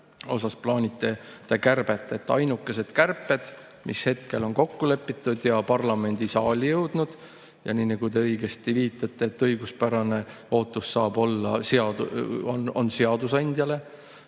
osas plaanite te kärbet. [Ja need on ainukesed kärped], mis hetkel on kokku lepitud ja parlamendisaali jõudnud. Nii, nagu te õigesti viitate, õiguspärane ootus saab olla ainult seadusandjale.